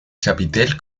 chapitel